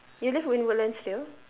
you live in woodlands still